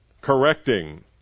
correcting